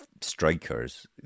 strikers